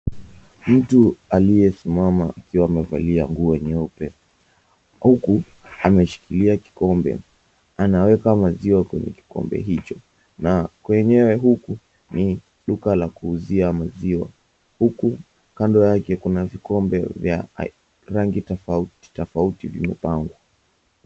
Mtu aliyesimama akiwa amevalia nguo nyeupe, huku ameshikilia kikombe. Anaweka maziwa kwenye kikombe hicho na kwenyewe huku ni duka la kuuzia maziwa, huku kando yake kuna vikombe vya rangi tofauti tofauti vimepangwa.